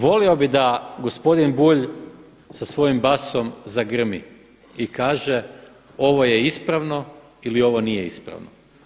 Volio bih da gospodin Bulj sa svojim basom zagrmi i kaže ovo je ispravno ili ovo nije ispravno.